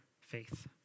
faith